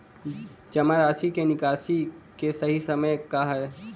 जमा राशि क निकासी के सही समय का ह?